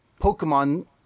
Pokemon